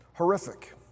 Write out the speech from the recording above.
horrific